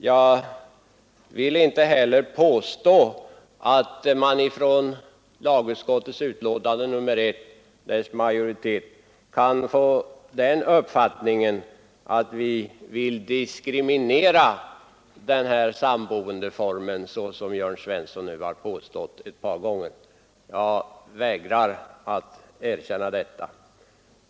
Jag tycker inte att man av majoritetens skrivning i lagutskottets betänkande nr 1 kan få uppfattningen att vi vill diskriminera den här sammanboendeformen, vilket herr Jörn Svensson nu ett par gånger påstått. Jag vägrar att erkänna det.